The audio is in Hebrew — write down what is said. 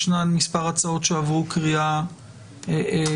ישנן מספר הצעות שעברו קריאה טרומית,